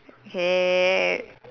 okay